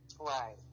right